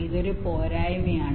ഇത് ഒരു പോരായ്മയാണ്